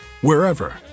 wherever